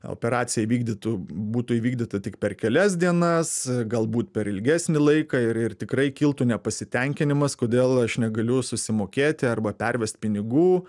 operaciją įvykdytų būtų įvykdyta tik per kelias dienas galbūt per ilgesnį laiką ir ir tikrai kiltų nepasitenkinimas kodėl aš negaliu susimokėti arba pervest pinigų